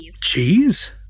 Cheese